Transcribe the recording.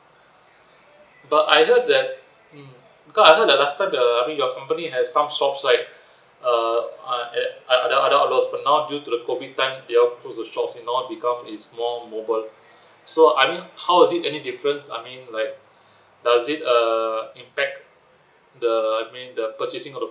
but I heard that mm because I heard that last time the I mean your company has some shops right uh uh err are there are there a lot but now due to the COVID time you all close the shops and now become a small mobile so I mean how is it any difference I mean like does it uh impact the I mean the the main purchasing of the